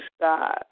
God